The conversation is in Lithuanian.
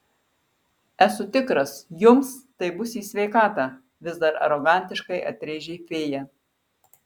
esu tikras jums tai bus į sveikatą vis dar arogantiškai atrėžė fėja